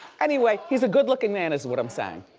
anyway, he's a good looking man is what i'm saying.